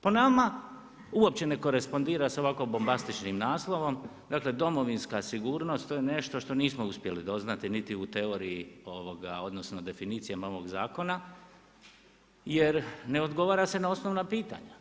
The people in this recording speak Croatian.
Po nama, uopće ne korespondira se ovako bombastičnim naslovom, dakle Domovinska sigurnost, to je nešto što nismo uspjeli doznati niti u teoriji odnosno definicijama ovog zakona jer ne odgovara se na osnovna pitanja.